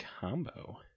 combo